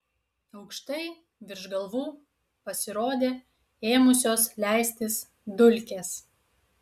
aukštai virš galvų pasirodė ėmusios leistis dulkės